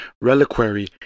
reliquary